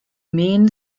main